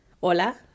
Hola